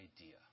idea